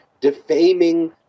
defaming